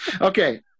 okay